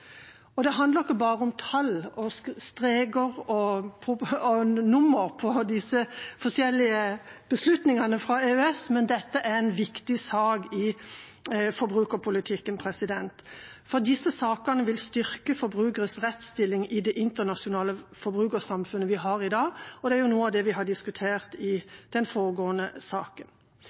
Det handler ikke bare om tall og streker og nummer på disse forskjellige beslutningene fra EØS. Dette er en viktig sak i forbrukerpolitikken, for disse sakene vil styrke forbrukeres rettsstilling i det internasjonale forbrukersamfunnet vi har i dag, og det er jo noe av det vi diskuterte i den foregående saken.